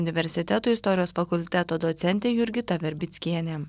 universiteto istorijos fakulteto docentė jurgita verbickien